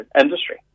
industry